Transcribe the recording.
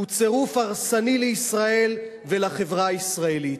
הוא צירוף הרסני לישראל ולחברה הישראלית.